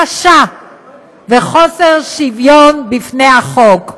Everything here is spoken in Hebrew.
קשה וחוסר שוויון בפני החוק.